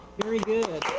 very good